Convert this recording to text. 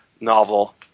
novel